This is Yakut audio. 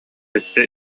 өссө